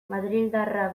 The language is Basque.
madrildarra